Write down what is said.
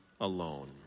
alone